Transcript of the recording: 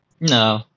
No